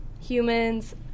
humans